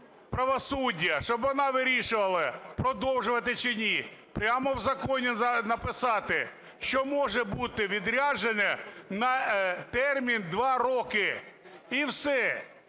щоб вона вирішувала, продовжувати чи ні. Прямо в законі написати, що може бути відряджено на термін два роки, і все.